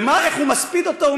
איך הוא מספיד אותו?